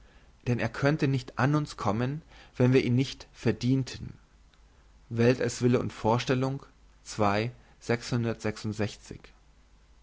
denn er könnte nicht an uns kommen wenn wir ihn nicht verdienten welt als wille und vorstellung